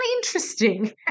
interesting